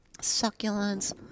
succulents